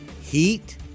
heat